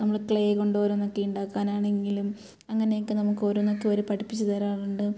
നമ്മൾ ക്ലേ കൊണ്ട് ഓരോന്നൊക്കെ ഉണ്ടാക്കാനാണെങ്കിലും അങ്ങനെയൊക്കെ നമുക്ക് ഓരോന്നൊക്കെ ഓര് പഠിപ്പിച്ചു തരാറുണ്ട്